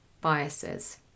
biases